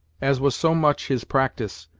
as was so much his practice,